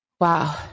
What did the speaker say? Wow